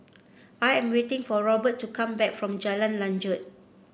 I am waiting for Robert to come back from Jalan Lanjut